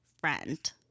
friend